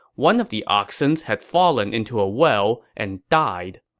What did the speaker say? one of the oxens had fallen into a well and died.